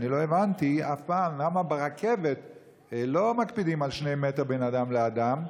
אני לא הבנתי אף פעם למה ברכבת לא מקפידים על שני מטר בין אדם לאדם.